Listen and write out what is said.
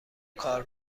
کار